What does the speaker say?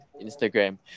Instagram